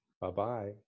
Bye-bye